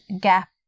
gap